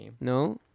No